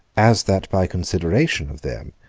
as that by consideration of them,